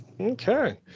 Okay